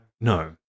no